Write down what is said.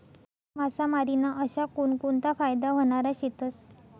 मासामारी ना अशा कोनकोनता फायदा व्हनारा शेतस?